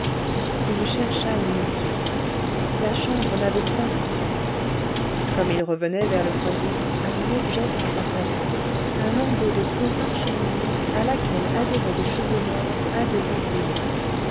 il chercha une issue la chambre n'avait point d'issue comme il revenait vers le foyer un objet frappa sa vue un lambeau de peau parcheminée a laquelle adhéraient des cheveux noire à demi brûlés